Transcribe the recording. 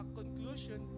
conclusion